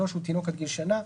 הוא תינוק עד גיל שנה,